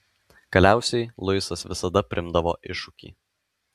galiausiai luisas visada priimdavo iššūkį